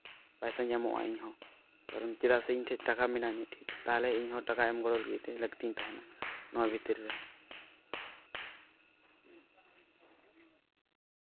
ᱯᱟᱭᱥᱟᱧ ᱮᱢᱚᱜᱼᱟ ᱤᱧᱦᱚᱸ ᱠᱟᱨᱚᱱ ᱪᱮᱫᱟᱜ ᱥᱮ ᱤᱧ ᱴᱷᱮᱡ ᱴᱟᱠᱟ ᱢᱮᱱᱟᱜᱼᱟ ᱤᱧ ᱴᱷᱮᱡ ᱛᱟᱦᱚᱞᱮ ᱤᱧᱦᱚᱸ ᱴᱟᱠᱟ ᱮᱢ ᱜᱚᱲᱚ ᱞᱟᱹᱜᱤᱫ ᱛᱮ ᱞᱟᱹᱠᱛᱤᱧ ᱛᱟᱦᱮᱱᱟ ᱱᱚᱣᱟ ᱵᱷᱤᱛᱤᱨ ᱨᱮ